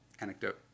anecdote